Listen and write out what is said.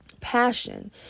passion